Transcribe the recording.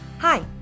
Hi